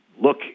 look